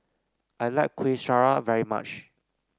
I like Kueh Syara very much